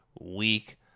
week